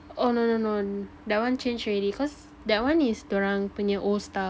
oh no no no that one change already cause that one is diorang punya old style